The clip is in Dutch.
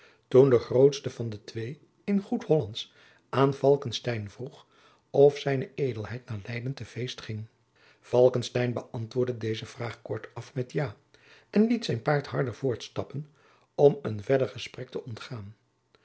toen de grootste van de twee in goed hollandsch aan falckestein vroeg of zijne edelheid naar leyden te feest ging falckestein beantwoordde deze vraag kortaf met ja en liet zijn paard harder voortstappen om een verder gesprek te ontgaan